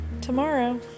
tomorrow